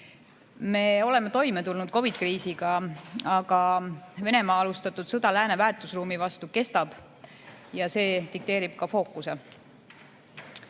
Me oleme toime tulnud COVID-i kriisiga, aga Venemaa alustatud sõda lääne väärtusruumi vastu kestab ja see dikteerib ka fookuse.